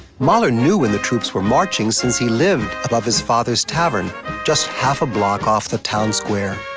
mahler knew when the troops were marching, since he lived above his father's tavern just half a block off the town square.